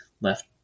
left